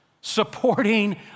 supporting